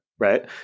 right